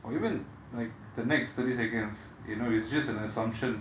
or even like the next thirty seconds you know it's just an assumption